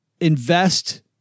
invest